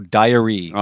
diary